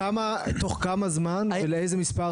תוך כמה זמן ולאיזה מספר רופאים הגענו?